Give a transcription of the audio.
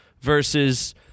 versus